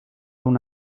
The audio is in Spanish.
una